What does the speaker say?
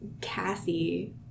Cassie